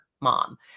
mom